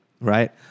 right